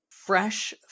Fresh